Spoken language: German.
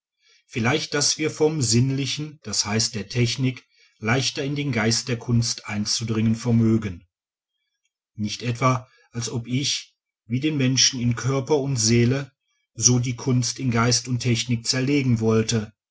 vielleicht daß wir vom sinnlichen das heißt der technik leichter in den geist der kunst einzudringen vermögen nicht etwa als ob ich wie den menschen in körper und seele so die kunst in geist und technik zerlegen wollte